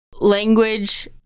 language